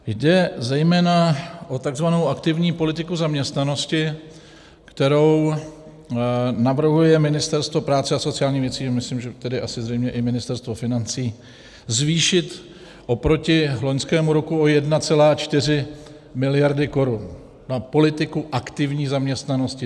Jde zejména o takzvanou aktivní politiku zaměstnanosti, kterou navrhuje Ministerstvo práce a sociálních věcí, a myslím, že zřejmě i Ministerstvo financí, zvýšit oproti loňskému roku o 1,4 mld. korun na politiku aktivní zaměstnanosti.